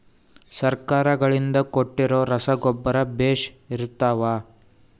ಸರ್ಕಾರಗಳಿಂದ ಕೊಟ್ಟಿರೊ ರಸಗೊಬ್ಬರ ಬೇಷ್ ಇರುತ್ತವಾ?